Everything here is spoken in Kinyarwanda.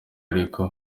ariko